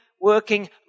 working